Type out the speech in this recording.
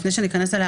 לפני שניכנס אליה,